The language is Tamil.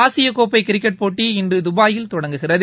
ஆசியக்கோப்பை கிரிக்கெட் போட்டி இன்று துபாயில் தொடங்குகிறது